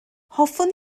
hoffwn